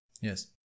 Yes